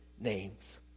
names